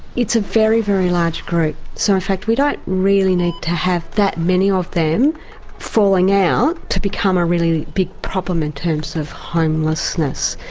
it's a very, very large group, so in fact we don't really need to have that many of them falling out to become a really big problem in terms of homelessness.